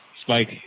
Spike